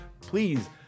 Please